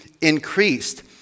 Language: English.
increased